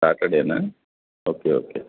సాటర్డేనా okay okay